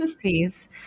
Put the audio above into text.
please